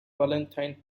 valentine